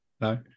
No